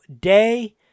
day